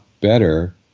better